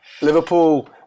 Liverpool